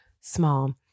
small